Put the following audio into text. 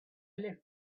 left